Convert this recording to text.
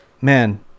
man